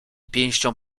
pięścią